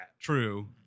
True